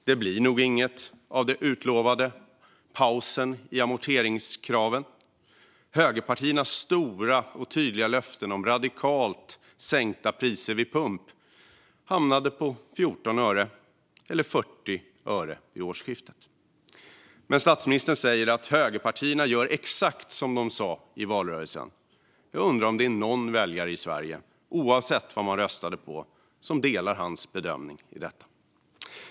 Det blir nog inget av den utlovade pausen i amorteringskraven. Högerpartiernas stora och tydliga löften om radikalt sänkta priser vid pump hamnade på 14 eller 40 öre vid årsskiftet. Men statsministern säger att högerpartierna gör exakt som de sa i valrörelsen. Jag undrar om det är någon väljare i Sverige, oavsett vad de röstat på, som delar hans bedömning i detta.